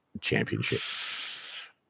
championship